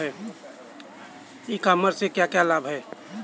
ई commerce के क्या क्या लाभ हैं?